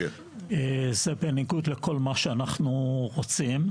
זה בניגוד לכל מה שאנחנו רוצים.